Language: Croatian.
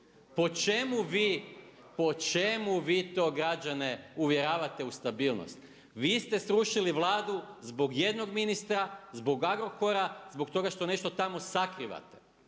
po čemu vi to građane uvjeravate u stabilnost? Vi ste srušili Vladu zbog jednog ministra, zbog Agrokora, zbog toga što nešto tamo sakrivate.